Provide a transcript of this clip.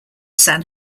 san